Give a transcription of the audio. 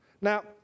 Now